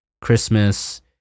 Christmas